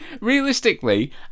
realistically